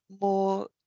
more